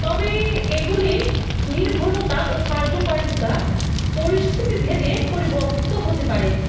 তবে এগুলির নির্ভরতা ও কার্যকারিতা পরিস্থিতিভেদে পরিবর্তিত হতে পারে